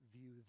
view